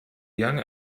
young